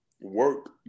work